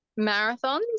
marathons